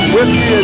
Whiskey